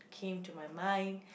came to my mind